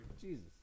Jesus